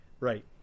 Right